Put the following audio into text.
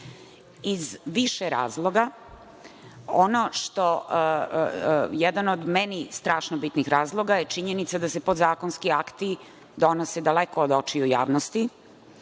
iz više razloga. Jedan od meni strašno bitnih razloga je činjenica da se podzakonski akti donose daleko od očiju javnosti,